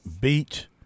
beat